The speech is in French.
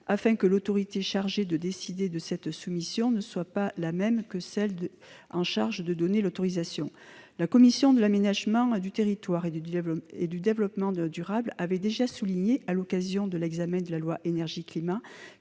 est que l'autorité chargée de décider de cette soumission ne soit pas la même que celle chargée de donner l'autorisation. La commission de l'aménagement du territoire et du développement durable avait déjà souligné, à l'occasion de l'examen de la loi relative